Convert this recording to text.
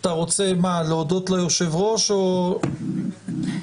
אתה רוצה להודות ליושב-ראש או ---?